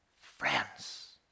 friends